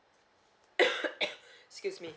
excuse me